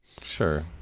Sure